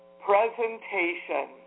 presentation